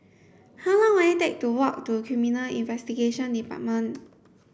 how long will it take to walk to Criminal Investigation Department